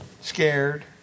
scared